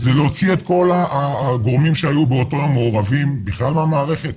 זה להוציא את כל הגורמים שהיו באותו יום מעורבים בכלל מהמערכת,